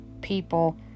people